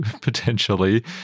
potentially